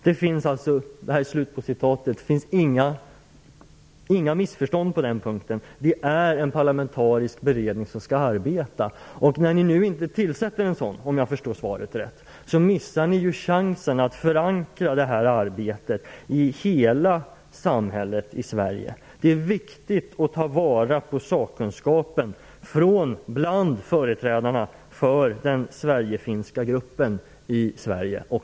Det finns alltså inga missförstånd på den punkten: Det är en parlamentarisk beredning som skall arbeta. När ni nu inte tillsätter en sådan, om jag förstår svaret rätt, missar ni chansen att förankra det här arbetet i hela det svenska samhället. Det är viktigt att ta vara på sakkunskapen bland företrädarna för den sverigefinska gruppen i Sverige.